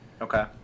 Okay